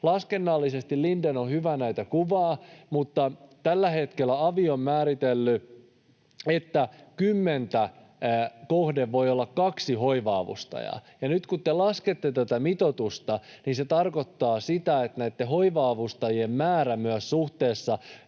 Laskennallisesti Lindén on hyvä näitä kuvaamaan, mutta tällä hetkellä avi on määritellyt, että kymmentä kohden voi olla kaksi hoiva-avustajaa. Ja nyt kun te laskette tätä mitoitusta, niin se tarkoittaa sitä, että näitten hoiva-avustajien määrä myös suhteessa